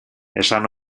esan